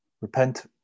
repent